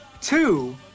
two